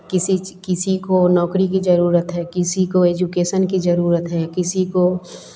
किसी च् किसी को नौकरी की ज़रूरत है किसी को एजुकेशन की ज़रूरत है किसी को